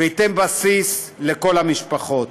וייתן בסיס לכל המשפחות.